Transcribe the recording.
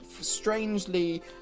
strangely